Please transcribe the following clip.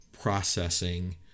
Processing